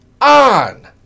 on